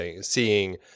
seeing